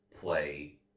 play